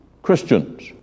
Christians